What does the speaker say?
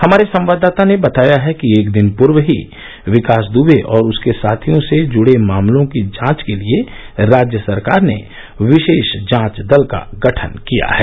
हमारे संवाददाता ने बताया है कि एक दिन पूर्व ही विकास दुबे और उसके साथियों से जुड़े मामलों की जांच के लिए राज्य सरकार ने विशेष जांच दल का गठन किया है